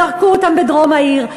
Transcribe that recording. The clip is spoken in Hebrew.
זרקו אותם בדרום העיר,